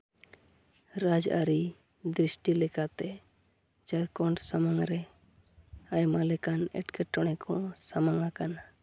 ᱨᱟᱡᱽᱼᱟᱹᱨᱤ ᱫᱨᱤᱥᱴᱤ ᱞᱮᱠᱟᱛᱮ ᱡᱷᱟᱲᱠᱷᱚᱸᱰ ᱥᱟᱢᱟᱝ ᱨᱮ ᱟᱭᱢᱟ ᱞᱮᱠᱟᱱ ᱮᱴᱠᱮᱴᱚᱬᱮ ᱠᱚ ᱥᱟᱢᱟᱝᱟᱠᱟᱱᱟ